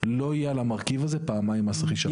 לא יהיה על המרכיב הזה פעמיים מס רכישה.